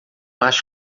acho